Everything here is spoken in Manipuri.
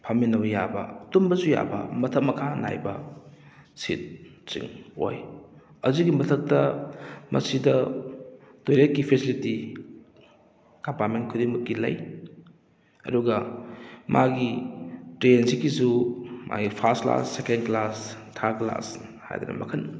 ꯐꯝꯃꯤꯟꯅꯕ ꯌꯥꯕ ꯇꯨꯝꯕꯁꯨ ꯌꯥꯕ ꯃꯊꯛ ꯃꯈꯥ ꯅꯥꯏꯕ ꯁꯤꯠꯁꯤꯡ ꯑꯣꯏ ꯑꯗꯨꯒꯤ ꯃꯊꯛꯇ ꯃꯁꯤꯗ ꯇꯣꯏꯂꯦꯠꯀꯤ ꯐꯦꯁꯤꯂꯤꯇꯤ ꯑꯄꯥꯔꯠꯃꯦꯟ ꯈꯨꯗꯤꯡꯃꯛꯒꯤ ꯂꯩ ꯑꯗꯨꯒ ꯃꯥꯒꯤ ꯇ꯭ꯔꯦꯟꯁꯤꯒꯤꯁꯨ ꯃꯥꯏ first class second class third class ꯍꯥꯏꯗꯅ ꯃꯈꯟ